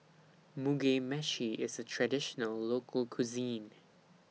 Mugi Meshi IS A Traditional Local Cuisine